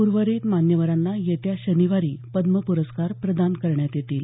उर्वरित मान्यवरांना येत्या शनिवारी पद्म प्रस्कार प्रदान करण्यात येतील